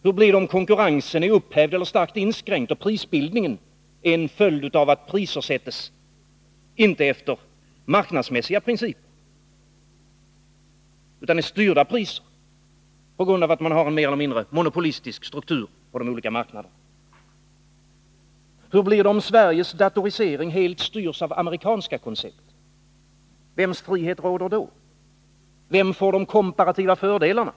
Hur blir det, om konkurrensen är upphävd eller starkt inskränkt och prisbildningen är en följd av att priser inte sätts efter marknadsmässiga principer utan är styrda priser på grund av att man har en mer eller mindre monopolistisk struktur på de olika marknaderna? Hur blir det, om Sveriges datorisering helt styrs av amerikanska koncept? Vems frihet råder då? Vem får de komparativa fördelarna?